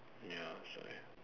ya that's why